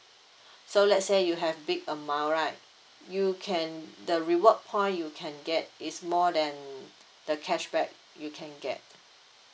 so let's say you have big amount right you can the reward point you can get is more than the cashback you can get